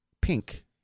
pink